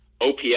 OPS